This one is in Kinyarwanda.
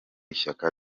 ishyaka